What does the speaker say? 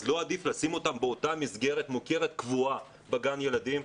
אז לא עדיף לשים אותם באותה מסגרת מוכרת קבועה בגן ילדים?